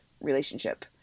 relationship